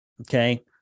Okay